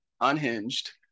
unhinged